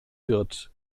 wird